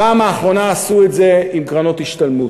בפעם האחרונה עשו את זה עם קרנות השתלמות.